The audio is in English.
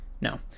no